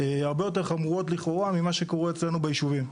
הרבה יותר חמורות לכאורה ממה שקורה אצלנו בישובים.